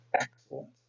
excellent